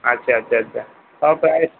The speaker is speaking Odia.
ଆଚ୍ଛା ଆଚ୍ଛା ଆଚ୍ଛା ହଉ